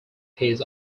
his